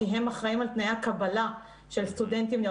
כי הם אחראים על תנאי הקבלה של סטודנטים.